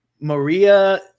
maria